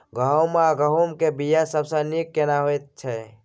गहूम या गेहूं के बिया सबसे नीक केना होयत छै?